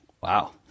Wow